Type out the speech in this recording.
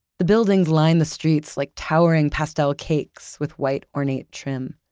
the buildings line the streets like towering pastel cakes with white ornate trim.